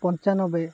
ପଞ୍ଚାନବେ